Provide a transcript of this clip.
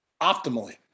optimally